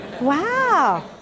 Wow